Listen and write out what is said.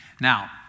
Now